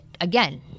again